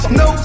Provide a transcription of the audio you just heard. no